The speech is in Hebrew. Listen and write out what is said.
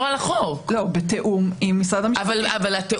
לא יכול להיות שהתיאום הוא שאת אומרת שאת מעקרת את החוק.